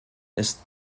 ist